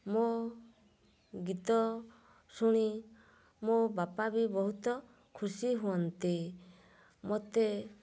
ମୋ ଗୀତ ଶୁଣି ମୋ ବାପା ବି ବହୁତ ଖୁସି ହୁଅନ୍ତି ମୋତେ